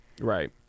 right